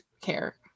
care